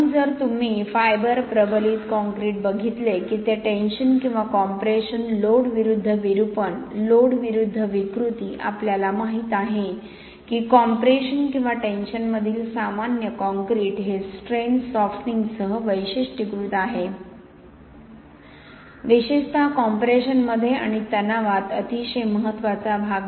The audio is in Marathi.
म्हणून जर तुम्ही फायबर प्रबलित काँक्रीट बघितले की ते टेंशन किंवा कॉम्प्रेशन लोड विरुद्ध विरूपण लोड विरुद्ध विकृती आपल्याला माहित आहे की कॉम्प्रेशन किंवा टेंशनमधील सामान्य कॉंक्रिट हे स्ट्रेन सॉफ्टनिंगसह वैशिष्ट्यीकृत आहे विशेषत कॉम्प्रेशनमध्ये आणि तणावात अतिशय महत्त्वाचा भाग